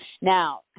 Now